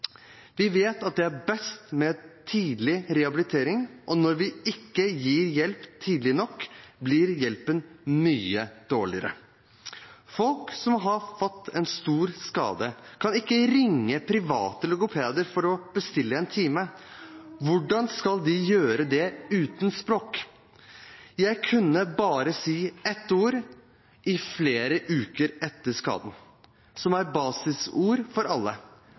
Vi vet at det er best med tidlig rehabilitering, og når vi ikke gir hjelp tidlig nok, blir hjelpen mye dårligere. Folk som har fått en stor skade, kan ikke ringe private logopeder for å bestille en time. Hvordan skal de gjøre det uten språk? Jeg kunne bare si ett ord i flere uker etter skaden, og det er et basisord for alle: